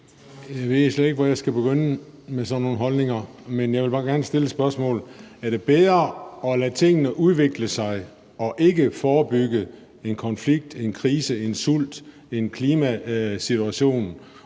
Jeg ved slet ikke, hvor jeg skal begynde med sådan nogle holdninger, men jeg vil bare gerne stille et spørgsmål: Er det bedre at lade tingene udvikle sig og ikke forebygge en konflikt, en krise, en sultkatastrofe, en klimasituation